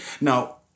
Now